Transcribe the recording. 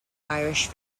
irish